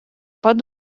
pat